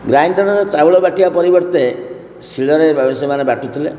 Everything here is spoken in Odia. ଗ୍ରାଇଣ୍ଡର୍ ରେ ଚାଉଳ ବାଟିବା ପରିବର୍ତ୍ତେ ଶିଳରେ ରହି ସେମାନେ ବାଟୁଥିଲେ